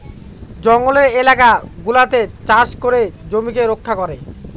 জঙ্গলের এলাকা গুলাতে চাষ করে জমিকে রক্ষা করে